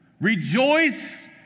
Rejoice